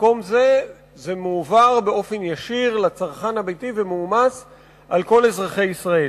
וזה מועבר באופן ישיר לצרכן הביתי ומועמס על כל אזרחי ישראל.